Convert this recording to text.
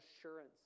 assurance